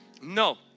No